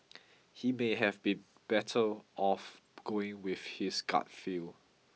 he may have been better off going with his gut feel